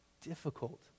Difficult